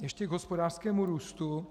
Ještě k hospodářskému růstu.